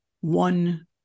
one